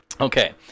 Okay